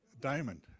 Diamond